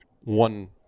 one